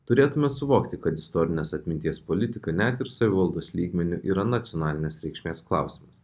turėtume suvokti kad istorinės atminties politika net ir savivaldos lygmeniu yra nacionalinės reikšmės klausimas